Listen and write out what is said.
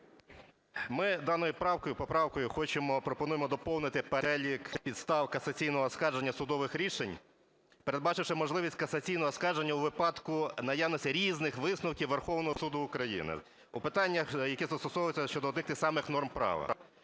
поправкою хочемо, пропонуємо доповнити перелік підстав касаційного оскарження судових рішень, передбачивши можливість касаційного оскарження у випадку наявності різних висновків Верховного Суду України у питаннях, які застосовуються щодо одних і тих самих норм права.